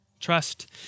Trust